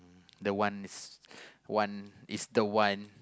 the one is one is the one